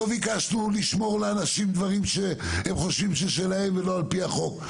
לא ביקשנו לשמור לאנשים דברים שהם חושבים ששלהם ולא על פי החוק,